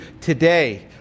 today